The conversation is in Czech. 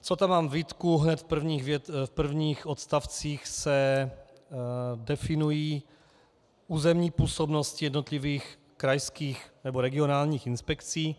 Co tam mám výtku, hned v prvních odstavcích se definují územní působnosti jednotlivých krajských nebo regionálních inspekcí.